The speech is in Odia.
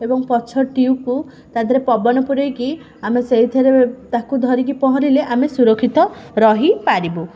ଏବଂ ପଛ ଟ୍ୟୁବକୁ ତା ଦେହରେ ପବନ ପୂରେଇକି ଆମେ ସେଇଥିରେ ତାକୁ ଧରିକି ପହଁରିଲେ ଆମେ ସୁରକ୍ଷିତ ରହି ପାରିବୁ